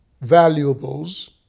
valuables